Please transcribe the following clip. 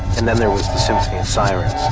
and then there was the symphony of sirens,